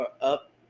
up